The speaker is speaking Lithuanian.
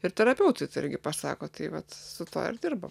ir terapeutai tai irgi pasako taip vat su tuo ir dirbam